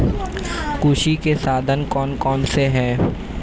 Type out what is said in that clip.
कृषि के साधन कौन कौन से हैं?